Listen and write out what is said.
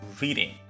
reading